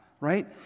right